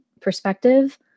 perspective